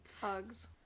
Hugs